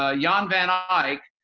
ah yeah um van eyck,